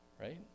right